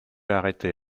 arrêté